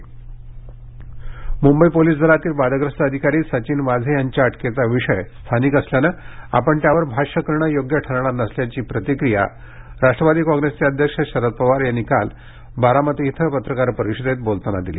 Sharad Pawar Mumbai police दलातील वादग्रस्त अधिकारी सचिन वाझे यांच्या अटकेचा विषय स्थानिक असल्यानं आपण त्यावर भाष्य करण योग्य ठरणार नसल्याची प्रतिक्रिया राष्ट्रवादी काँग्रेसचे अध्यक्ष शरद पवार यांनी काल बारामती इथं पत्रकार परिषदेत बोलताना दिली